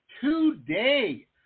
today